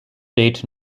date